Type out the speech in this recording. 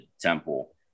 Temple